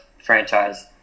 franchise